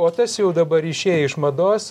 o tas jau dabar išėję iš mados